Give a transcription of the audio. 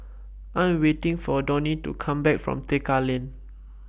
I Am waiting For Donie to Come Back from Tekka Lane